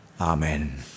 Amen